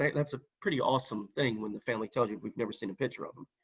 and that's a pretty awesome thing when the family tells you, we've never seen a picture of him.